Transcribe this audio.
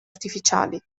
artificiali